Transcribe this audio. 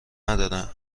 نداره